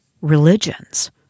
religions